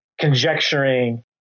conjecturing